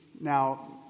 Now